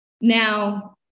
Now